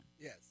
Yes